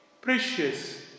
precious